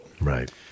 Right